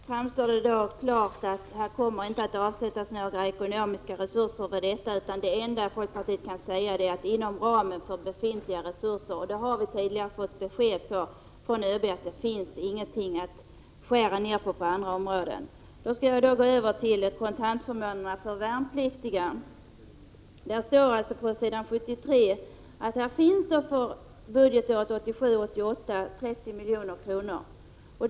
Herr talman! Det framstår klart att det inte kommer att avsättas några ekonomiska resurser till detta, utan att det enda folkpartiet går med på är ”inom ramen för befintliga resurser”. Vi har tidigare fått besked från ÖB om att det på andra områden inte finns någonting att skära ner på. Jag skall gå över till frågan om kontantförmåner för värnpliktiga. Det står på s. 73 i betänkandet att det för budgetåret 1987/88 finns 30 milj.kr.